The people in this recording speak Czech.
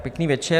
Pěkný večer.